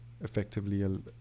effectively